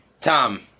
Tom